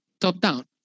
top-down